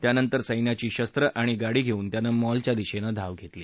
त्यानंतर सैन्याची शस्त्रे आणि गाडी घेऊन त्यानं मॉलच्या दिशेने धाव घेतली